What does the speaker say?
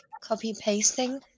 copy-pasting